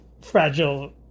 fragile